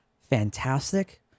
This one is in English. fantastic